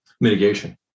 mitigation